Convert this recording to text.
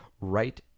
right